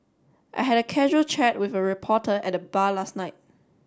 I had a casual chat with a reporter at the bar last night